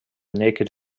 naked